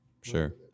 Sure